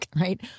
right